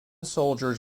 soldiers